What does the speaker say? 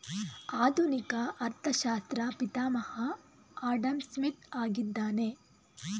ಆಧುನಿಕ ಅರ್ಥಶಾಸ್ತ್ರ ಪಿತಾಮಹ ಆಡಂಸ್ಮಿತ್ ಆಗಿದ್ದಾನೆ